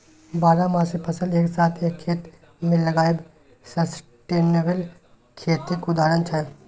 बारहमासी फसल एक साथ एक खेत मे लगाएब सस्टेनेबल खेतीक उदाहरण छै